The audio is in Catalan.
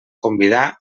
convidà